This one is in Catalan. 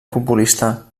futbolista